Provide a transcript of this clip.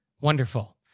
wonderful